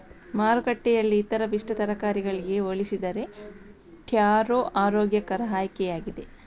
ಮಾರುಕಟ್ಟೆಯಲ್ಲಿ ಇತರ ಪಿಷ್ಟ ತರಕಾರಿಗಳಿಗೆ ಹೋಲಿಸಿದರೆ ಟ್ಯಾರೋ ಆರೋಗ್ಯಕರ ಆಯ್ಕೆಯಾಗಿದೆ